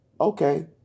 okay